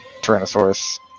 Tyrannosaurus